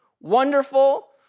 Wonderful